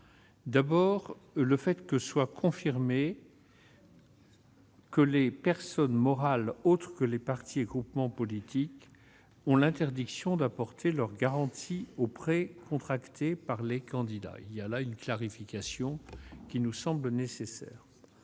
La proposition de loi confirme ainsi que les personnes morales autres que les partis et groupements politiques ont l'interdiction d'apporter leur garantie aux prêts contractés par les candidats. C'est là une clarification nécessaire.